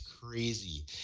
crazy